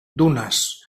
dunas